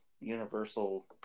Universal